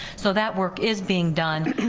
so that work is being done,